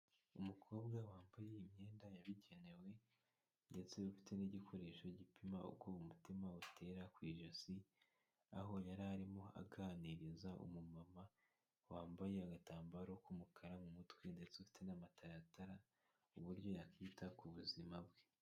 Umukobwa wambaye imyenda yabigenewe, ndetse ufite n'igikoresho gipima uko umutima utera ku ijosi, aho yari arimo aganiriza umumama, wambaye agatambaro k'umukara mu mutwe ndetse ufite n'amataratara uburyo yakita ku buzima bwe.